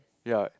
ya